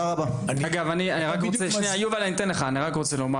אני רוצה לומר